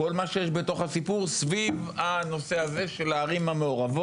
כל מה שיש סביב הנושא הזה של הערים המעורבות,